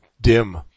dim